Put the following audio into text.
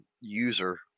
user